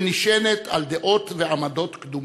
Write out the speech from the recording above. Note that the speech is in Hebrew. שנשענת על דעות ועמדות קדומות,